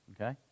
Okay